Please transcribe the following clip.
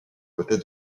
côtés